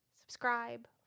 subscribe